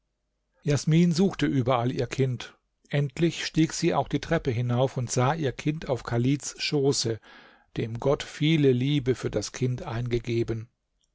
jasmin suchte überall ihr kind endlich stieg sie auch die treppe hinauf und sah ihr kind auf chalids schoße dem gott viele liebe für das kind eingegeben